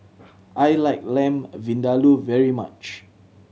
I like Lamb Vindaloo very much